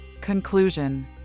Conclusion